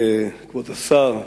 כבוד השר,